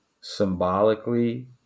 symbolically